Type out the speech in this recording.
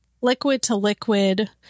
liquid-to-liquid